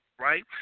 right